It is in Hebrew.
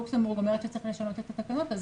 לוקסנבורג אומרת שצריך לשנות את התקנות אז